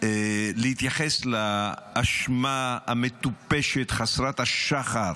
להתייחס לאשמה המטופשת, חסרת השחר,